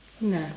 no